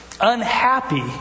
unhappy